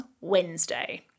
Wednesday